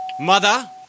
Mother